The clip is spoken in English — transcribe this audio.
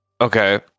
Okay